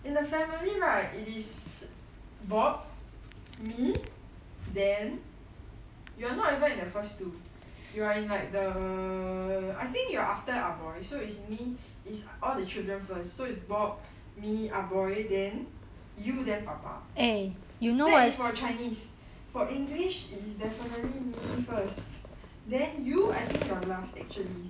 in the family right it is bob me then you are not even the first two you are in like the I think you are after ah boy so it's me it's all the children first so is bob me ah boy then you then papa that is for chinese for english it is definitely me first then you I think I think you are last actually